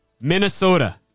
Minnesota